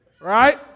Right